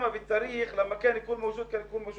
לכפרים הלא מוכרים.